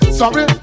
sorry